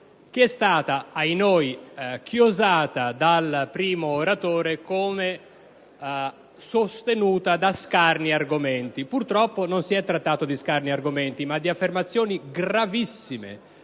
che è stata chiosata dal primo oratore come sostenuta da scarni argomenti. Purtroppo non si è trattato di scarni argomenti, ma di affermazioni gravissime